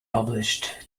published